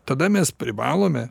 tada mes privalome